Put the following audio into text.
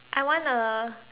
I want a